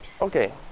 Okay